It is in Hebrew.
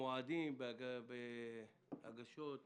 המועדים להגשת